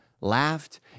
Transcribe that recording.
laughed